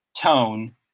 tone